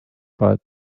but